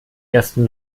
ersten